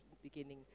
Beginning